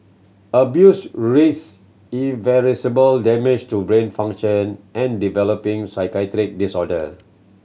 abuse risk irreversible damage to brain function and developing psychiatric disorder